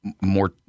more